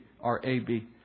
R-A-B